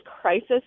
crisis